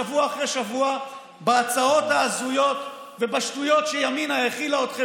שבוע אחרי שבוע בהצעות ההזויות ובשטויות שימינה האכילה אתכם